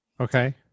okay